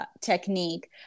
technique